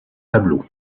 tableaux